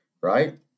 right